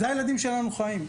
כך הילדים שלנו חיים.